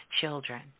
children